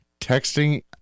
Texting